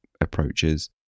approaches